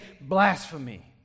blasphemy